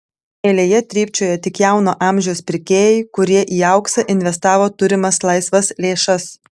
eilėje trypčiojo tik jauno amžiaus pirkėjai kurie į auksą investavo turimas laisvas lėšas